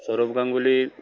Sourav গাংগুলীৰ